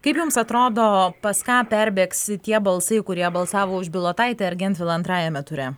kaip jums atrodo pas ką perbėgs tie balsai kurie balsavo už bilotaitę ar gentvilą antrajame ture